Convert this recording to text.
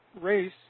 race